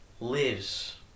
lives